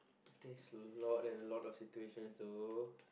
takes lot and a lot of situation though